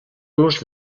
los